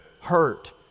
hurt